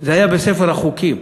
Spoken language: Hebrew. זה היה בספר החוקים,